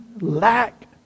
lack